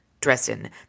Dresden